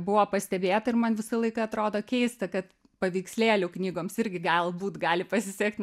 buvo pastebėta ir man visą laiką atrodo keista kad paveikslėlių knygoms irgi galbūt gali pasisekt